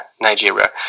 Nigeria